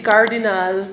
Cardinal